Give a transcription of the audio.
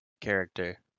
character